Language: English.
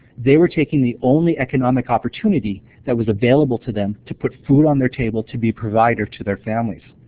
they were taking the only economical opportunity that was available to them to put food on their table, to be provider to their families.